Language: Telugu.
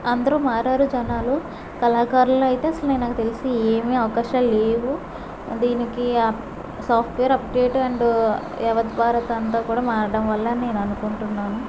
అందరు మారారు జనాలు కళాకారులనైతే అసలే నాకు తెలిసి ఏమి అవకాశాలు లేవు దీనికి ఆ సాఫ్ట్వేర్ అప్డేట్ అండ్ యావద్ భారత్ అంతా కూడా మారడం వల్ల నేననుకుంటున్నాను